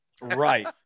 Right